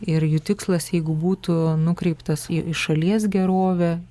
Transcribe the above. ir jų tikslas jeigu būtų nukreiptas į šalies gerovę